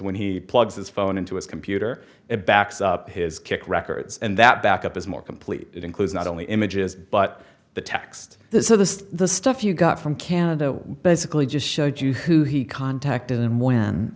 when he plugs his phone into his computer it backs up his kick records and that back up is more complete it includes not only images but the text this is the stuff you got from canada basically just showed you who he contacted and w